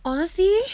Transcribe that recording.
honestly